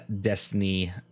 Destiny